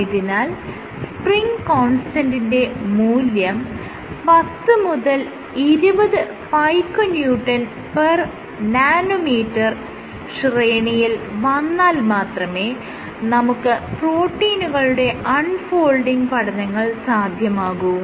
ആയതിനാൽ സ്പ്രിങ് കോൺസ്റ്റന്റിന്റെ മൂല്യം 10 മുതൽ 20 പൈക്കോന്യൂട്ടൺ പെർ നാനോമീറ്റർ Piconewtonnanometer ശ്രേണിയിൽ വന്നാൽ മാത്രമേ നമുക്ക് പ്രോട്ടീനുകളുടെ അൺ ഫോൾഡിങ് പഠനങ്ങൾ സാധ്യമാകൂ